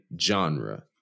genre